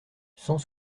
cent